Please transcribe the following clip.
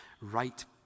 right